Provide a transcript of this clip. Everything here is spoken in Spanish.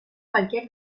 cualquier